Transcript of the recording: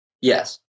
Yes